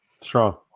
strong